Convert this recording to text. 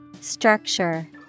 Structure